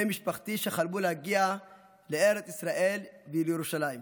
משפחתי שחלמו להגיע לארץ ישראל ולירושלים.